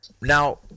Now